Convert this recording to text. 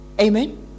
amen